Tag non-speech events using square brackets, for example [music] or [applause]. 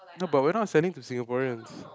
no but we are not selling to Singaporeans [noise]